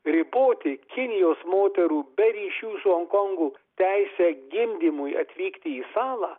riboti kinijos moterų be ryšių su honkongu teisę gimdymui atvykti į salą